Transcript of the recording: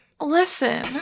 Listen